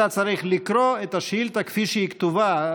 צריך לקרוא את השאילתה כפי שהיא כתובה.